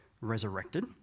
resurrected